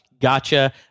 Gotcha